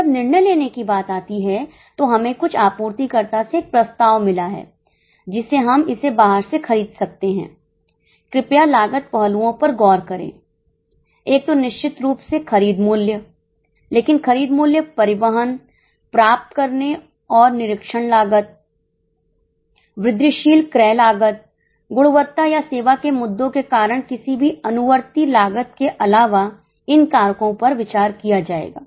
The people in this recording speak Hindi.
अब जब निर्णय लेने की बात आती है तो हमें कुछ आपूर्तिकर्ता से एक प्रस्ताव मिला है जिसे हम इसे बाहर से खरीद सकते हैं कृपया लागत पहलुओं पर गौर करें एक तो निश्चित रूप से खरीद मूल्य लेकिन खरीद मूल्य परिवहन प्राप्त करने और निरीक्षण लागत वृद्धिशील क्रय लागत गुणवत्ता या सेवा के मुद्दों के कारण किसी भी अनुवर्ती लागत के अलावा इन कारकों पर विचार किया जाएगा